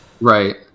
right